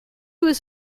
was